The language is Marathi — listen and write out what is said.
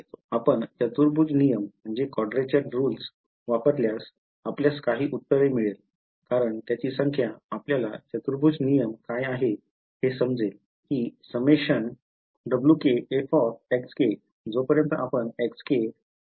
आपण चतुर्भुज नियम वापरल्यास आपल्यास काही उत्तर मिळेल कारण त्याची संख्या आपल्याला चतुर्भुज नियम काय आहे हे समजेल की समेशन जोपर्यंत आपण निवडले नाही